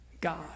God